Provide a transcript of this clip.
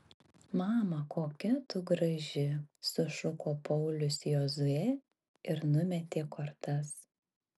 mama kokia tu graži sušuko paulius jozuė ir numetė kortas